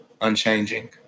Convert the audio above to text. unchanging